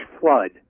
flood